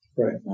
Right